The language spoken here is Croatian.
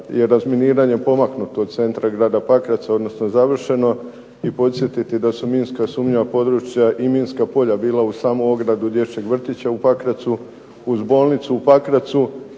je razminiranje pomaknuto od centra grada Pakraca, odnosno završeno. I podsjetiti da su minska sumnjiva područja i minska polja bila uz samu ogradu dječjeg vrtića u Pakracu, uz bolnicu u Pakracu